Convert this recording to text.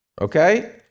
Okay